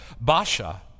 Basha